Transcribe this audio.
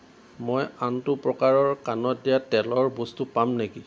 মই আনটো প্ৰকাৰৰ কাণত দিয়া তেলৰ বস্তু পাম নেকি